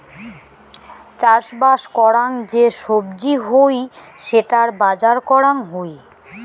চাষবাস করাং যে সবজি হই সেটার বাজার করাং হই